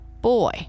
boy